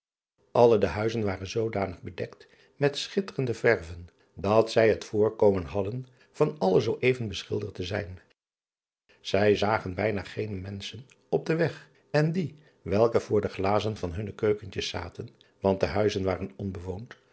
lle de huizen waren zoodanig bedekt met schitterende verwen dat zij het voorkomen hadden van alle zoo even beschilderd te zijn ij zagen bijna geene meschen op den weg en die welke voor de glazen van hunne keukentjes zaten want de huizen waren onbewoond